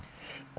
mm